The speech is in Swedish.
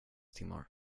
timmar